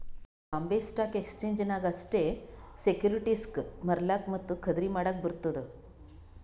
Bombay stock exchange ನಾಗ್ ಅಷ್ಟೇ ಸೆಕ್ಯೂರಿಟಿಸ್ಗ್ ಮಾರ್ಲಾಕ್ ಮತ್ತ ಖರ್ದಿ ಮಾಡ್ಲಕ್ ಬರ್ತುದ್